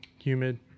humid